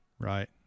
Right